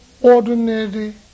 ordinary